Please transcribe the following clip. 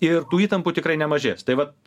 ir tų įtampų tikrai nemažės tai vat